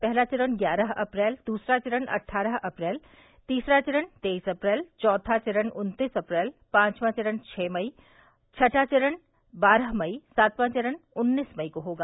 पहला चरण ग्यारह अप्रैल दूसरा चरण अट्ठारह अप्रैल तीसरा चरण तेईस अप्रैल चौथा चरण उन्तीस अप्रैल पांचवा चरण छः मई छठां चरण बारह मई सातवां चरण उन्नीस मई को होगा